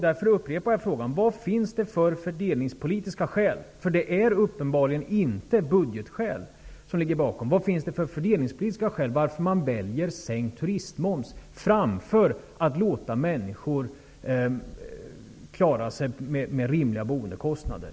Därför upprepar jag min fråga: Vad finns det för fördelningspolitiska skäl -- det är uppenbarligen inte budgetskäl som ligger bakom -- till att man väljer sänkt turistmoms framför att låta människor klara sig med rimliga boendekostnader?